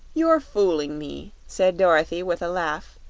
you're fooling me! said dorothy, with a laugh.